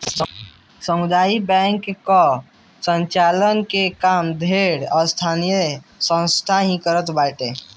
सामुदायिक बैंक कअ संचालन के काम ढेर स्थानीय संस्था ही करत बाटे